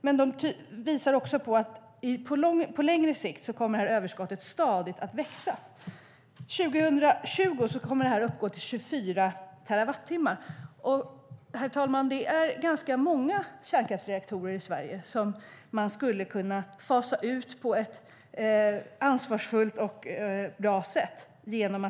Samtidigt visar de att överskottet på längre sikt stadigt kommer att växa. År 2020 kommer det att uppgå till 24 terawattimmar. Genom att använda det överskottet skulle man kunna fasa ut ganska många kärnkraftsreaktorer i Sverige på ett ansvarsfullt och bra sätt.